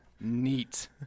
Neat